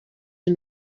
and